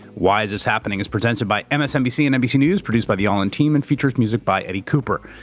why is this happening? is presented by msnbc and nbc news, produced by the all in team and features music by eddie cooper.